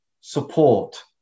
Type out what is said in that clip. support